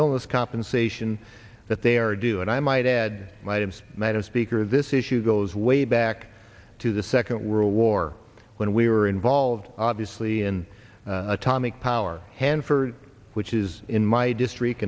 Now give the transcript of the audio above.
illness compensation that they are due and i might add my timbs madam speaker this issue goes way back to the second world war when we were involved obviously in atomic power hanford which is in my district